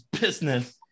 business